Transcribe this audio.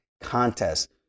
contest